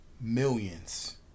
Millions